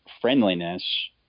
friendliness